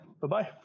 bye-bye